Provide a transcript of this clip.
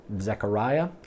Zechariah